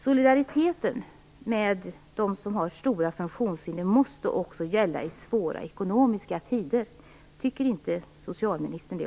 Solidariteten med dem som har stora funktionshinder måste också gälla i svåra ekonomiska tider. Tycker inte också socialministern det?